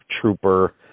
trooper